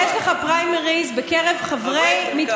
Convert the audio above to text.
יש לך פריימריז בקרב חברי, "חברי מרכז".